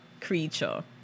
creature